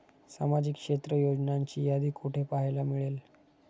सामाजिक क्षेत्र योजनांची यादी कुठे पाहायला मिळेल?